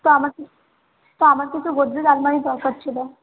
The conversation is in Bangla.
তো আমার তো আমার দুটো গোদরেজ আলমারির দরকার ছিল